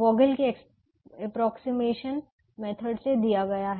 वोगल के approximation method से दिया गया है